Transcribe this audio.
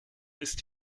ist